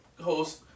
host